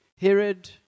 Herod